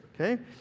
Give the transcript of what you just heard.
Okay